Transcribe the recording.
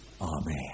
Amen